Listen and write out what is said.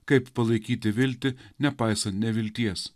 kaip palaikyti viltį nepaisant nevilties